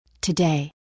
Today